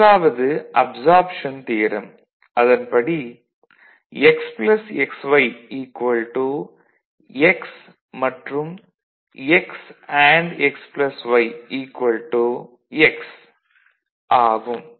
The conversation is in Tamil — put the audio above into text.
முதலாவது அப்சார்ப்ஷன் தியரம் - அதன்படி x xy x மற்றும் x அண்டு xy x ஆகும்